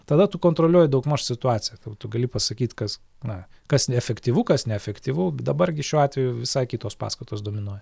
tada tu kontroliuoji daugmaž situaciją tu tu gali pasakyt kas na kas neefektyvu kas neefektyvu dabar gi šiuo atveju visai kitos paskatos dominuoja